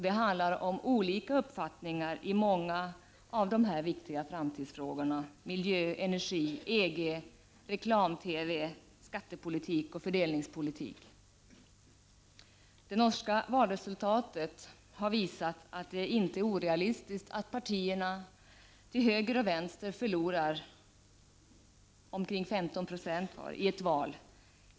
Det handlar om olika uppfattningar i många av de viktiga framtidsfrågorna som miljö, energi, EG, reklam-TV, skattepolitik och fördelningspolitik. Det norska valresultatet har visat att det inte är orealistiskt att räkna med att partierna till höger och vänster kan förlora omkring 15 <& av rösterna i ett val.